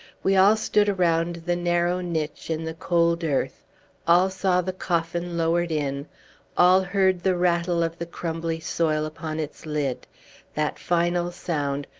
we all stood around the narrow niche in the cold earth all saw the coffin lowered in all heard the rattle of the crumbly soil upon its lid that final sound,